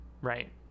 Right